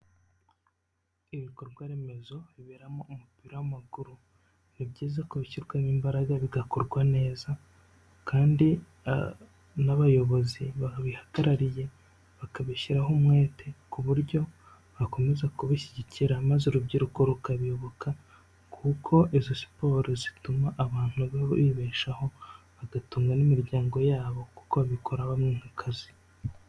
Ibikorwa remezo biberamo umupira w'amaguru ni byiza ko bishyirwamo imbaraga bigakorwa neza kandi n'abayobozi babihagarariye bakabishyiraho umwete ku buryo bakomeza kubishyigikira maze urubyiruko rukabiyoboka kuko izo siporo zituma abantu babaho bibeshaho bagatunga n'imiryango yabo kuko babikora bamwe nk'akazi.